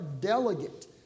delegate